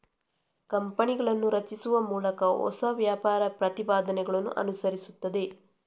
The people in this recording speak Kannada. ಕಂಪನಿಗಳನ್ನು ರಚಿಸುವ ಮೂಲಕ ಹೊಸ ವ್ಯಾಪಾರ ಪ್ರತಿಪಾದನೆಗಳನ್ನು ಅನುಸರಿಸುತ್ತದೆ